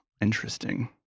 Interesting